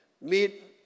meet